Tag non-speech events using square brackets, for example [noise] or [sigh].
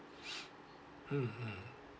[breath] mmhmm